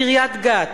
קריית-גת,